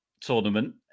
tournament